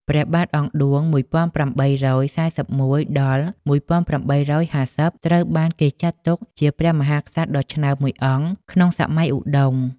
ព្រះបាទអង្គឌួង (១៨៤១-១៨៥០) ត្រូវបានគេចាត់ទុកជាព្រះមហាក្សត្រដ៏ឆ្នើមមួយអង្គក្នុងសម័យឧដុង្គ។